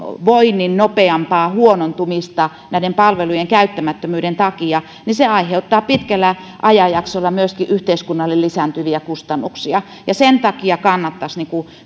voinnin nopeampaa huonontumista palveluiden käyttämättömyyden takia niin se myöskin aiheuttaa pitkällä ajanjaksolla yhteiskunnalle lisääntyviä kustannuksia sen takia kannattaisi